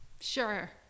Sure